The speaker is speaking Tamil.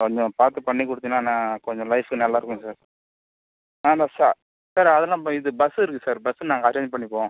கொஞ்சம் பார்த்து பண்ணி கொடுத்திங்கன்னா கொஞ்சம் லைஃப்க்கு நல்லா இருக்கும் சார் நாங்கள் சா சார் அதெலாம் ப இது பஸ் இருக்குது சார் பஸ்ஸு நாங்கள் அரேஞ்ச் பண்ணிக்குவோம்